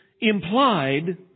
implied